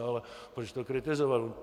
Ale proč to kritizovat?